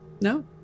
No